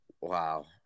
wow